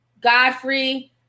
Godfrey